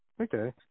Okay